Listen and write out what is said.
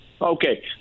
Okay